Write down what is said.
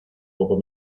poco